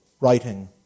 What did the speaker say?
writing